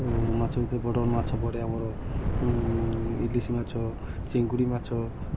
ଆଉ ମାଛ ଭିତରେ ବଡ଼ ବଡ଼ ମାଛ ପଡ଼େ ଆମର ଇଲିଶି ମାଛ ଚିଙ୍ଗୁଡ଼ି ମାଛ